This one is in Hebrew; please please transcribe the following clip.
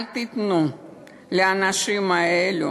אל תיתנו לאנשים האלה